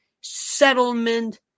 settlement